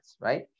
right